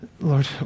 Lord